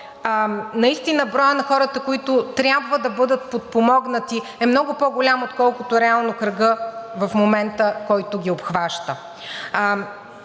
наистина броят на хората, които трябва да бъдат подпомогнати, е много по-голям, отколкото реално кръгът в момента, който ги обхваща.